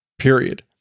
Period